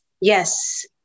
Yes